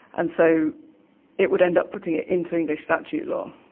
and so it would end up putting it into english statute law.